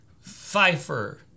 Pfeiffer